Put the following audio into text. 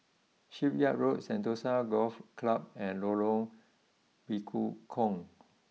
Shipyard Road Sentosa Golf Club and Lorong Bekukong